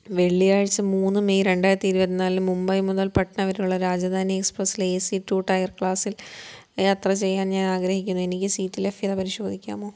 വെള്ളിയാഴ്ച്ച മൂന്ന് മെയ് രണ്ടായിരത്തി ഇരുപത്തിനാലിന് മുംബൈ മുതൽ പട്ന വരെയുള്ള രാജധാനി എക്സ്പ്രസ്സിലെ ഏ സി റ്റു ടയർ ക്ലാസിൽ യാത്ര ചെയ്യാൻ ഞാന് ആഗ്രഹിക്കുന്നു എനിക്ക് സീറ്റ് ലഭ്യത പരിശോധിക്കാമോ